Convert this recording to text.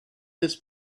this